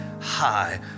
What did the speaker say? high